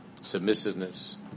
submissiveness